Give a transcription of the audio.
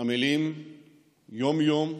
עמלים יום-יום,